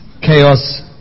Chaos